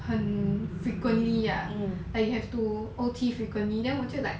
很 frequently ah and you have to O_T frequently then 我就 like